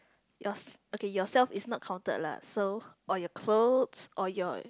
yours~ okay yourself is not counted lah so or your clothes or your